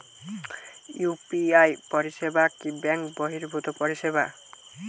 UPI পরিসেবা কি bank বর্হিভুত পরিসেবা?